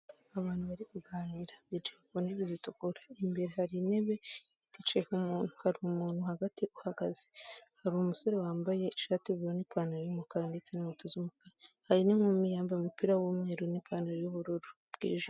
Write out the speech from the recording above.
Abantu bari kuganira bicaye ku ntebe zitukura, imbere hari intebe iticayeho umuntu, hari umuntu hagati uhagaze hari umusore wambaye ishati y'ubururu n'ipantaro y'umukara ndetse inkweto z'umukara hari n'inkumi yambaye umupira w'umweru n'ipantaro y'ubururu bwijimye.